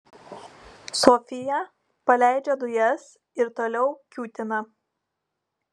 sofija paleidžia dujas ir toliau kiūtina